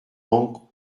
encre